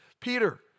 Peter